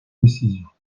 décisions